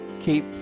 keep